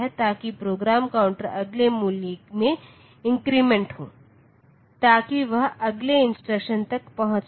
ताकि program counter अगले मूल्य में इन्क्रीमेंट हो ताकि वह अगले इंस्ट्रक्शनतक पहुंच सके